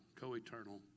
co-eternal